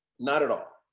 not at all.